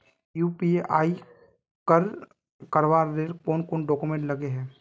UPI कर करावेल कौन कौन डॉक्यूमेंट लगे है?